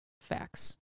facts